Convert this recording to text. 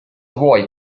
vuoi